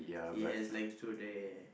it has like truth or dare